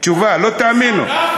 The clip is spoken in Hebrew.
התשובה, לא תאמינו.